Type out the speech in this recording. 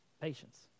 Patience